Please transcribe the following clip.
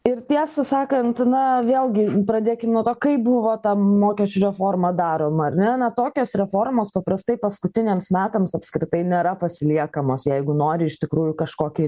ir tiesą sakant na vėlgi pradėkim nuo to kaip buvo ta mokesčių reforma daroma ar ne na tokios reformos paprastai paskutiniams metams apskritai nėra pasiliekamos jeigu nori iš tikrųjų kažkokį